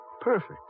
perfect